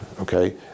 okay